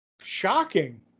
Shocking